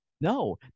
No